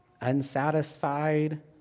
unsatisfied